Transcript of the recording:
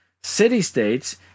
City-states